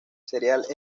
cereal